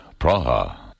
Praha. (